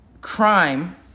crime